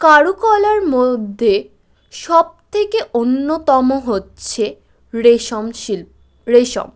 কারুকলার মধ্যে সব থেকে অন্যতম হচ্ছে রেশম শিল্প রেশম